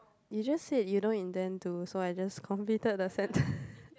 you just said you don't intend to so I just completed the sentence